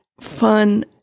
fun